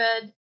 good